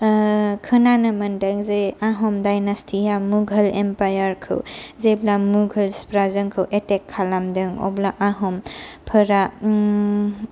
ओ खोनानो मोन्दोंजे आहम डाइनेचटिया मुगाल एमपाइयारखौ जेब्ला मुगाल्सफोरा जोंखौ एतेक खालामदों अब्ला आहमफोरा